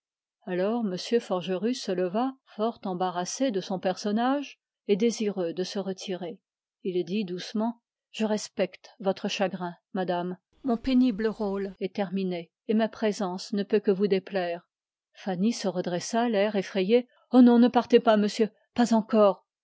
m forgerus se leva fort embarrassé de son personnage et désireux de se retirer il dit doucement je respecte votre chagrin madame mon pénible rôle est terminé et ma présence ne peut que vous déplaire fanny se redressa oh non ne partez pas monsieur pas encore